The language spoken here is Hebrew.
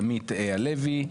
עמית הלוי,